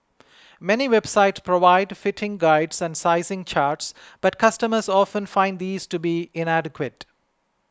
many website provide fitting guides and sizing charts but customers often find these to be inadequate